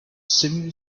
semi